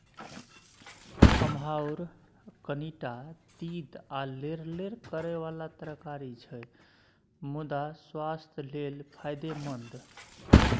खमहाउर कनीटा तीत आ लेरलेर करय बला तरकारी छै मुदा सुआस्थ लेल फायदेमंद